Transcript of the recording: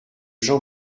jean